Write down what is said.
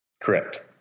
Correct